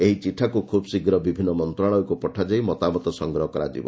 ଏହି ଚିଠାକୁ ଖୁବ୍ ଶୀଘ୍ର ବିଭିନ୍ନ ମନ୍ତ୍ରଣାଳୟକ୍ତ ପଠାଯାଇ ମତାମତ ସଂଗ୍ହ କରାଯିବ